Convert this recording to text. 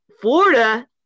Florida